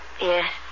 Yes